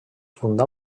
fundà